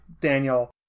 Daniel